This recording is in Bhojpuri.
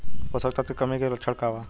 पोषक तत्व के कमी के लक्षण का वा?